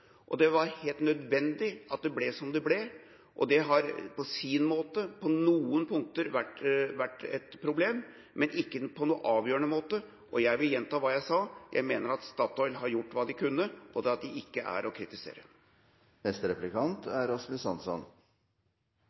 Det var helt nødvendig at det ble som det ble. Det har på sin måte på noen punkter vært et problem, men ikke på en avgjørende måte. Jeg vil gjenta hva jeg sa: Jeg mener at Statoil har gjort hva de har kunnet, og at de ikke er å kritisere.